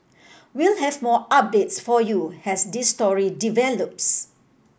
we'll have more updates for you as this story develops